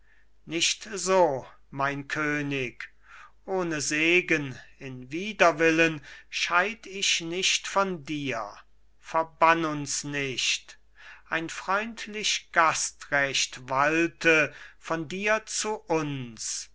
nicht so mein könig ohne segen in widerwillen scheid ich nicht von dir verbann uns nicht ein freundlich gastrecht walte von dir zu uns